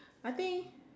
I think